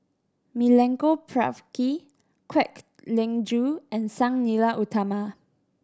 Milenko Prvacki Kwek Leng Joo and Sang Nila Utama